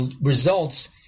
results